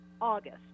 August